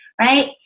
right